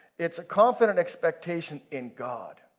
it's a confident expectation in god.